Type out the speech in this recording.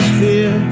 fear